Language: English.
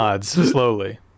slowly